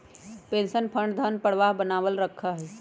pension fund धन प्रवाह बनावल रखा हई